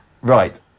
Right